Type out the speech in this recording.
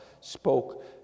spoke